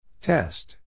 Test